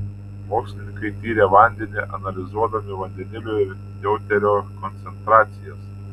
mokslininkai tyrė vandenį analizuodami vandenilio ir deuterio koncentracijas